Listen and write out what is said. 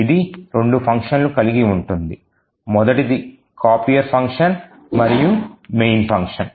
ఇది రెండు ఫంక్షన్లను కలిగి ఉంటుంది మొదటిది copier ఫంక్షన్ మరియు main ఫంక్షన్